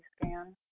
scan